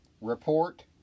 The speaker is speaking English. report